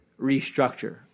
restructure